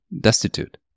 destitute